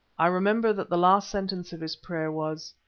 i remember that the last sentence of his prayer was,